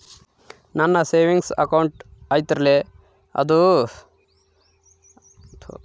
ನನ್ನ savings account ಐತಲ್ರೇ ಅದು ಕ್ರೆಡಿಟ್ ಮತ್ತ ಎ.ಟಿ.ಎಂ ಕಾರ್ಡುಗಳು ಕೆಲಸಕ್ಕೆ ಬರುತ್ತಾವಲ್ರಿ?